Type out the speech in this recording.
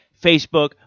facebook